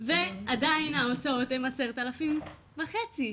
ועדיין ההוצאות הם עשרת אלפים וחצי,